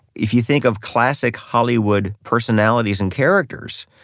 if you think of classic hollywood personalities and characters,